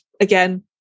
again